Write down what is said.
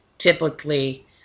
Typically